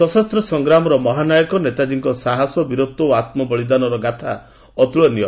ସଶସ୍ତ ସଂଗ୍ରାମର ମହାନାୟକ ନେତାଜୀଙ୍କ ସାହସ ବୀରତ୍ୱ ଓ ଆତ୍ମ ବଳିଦାନର ଗାଥା ଅତୁଳନୀୟ